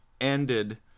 ended